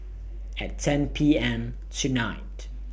At ten P M tonight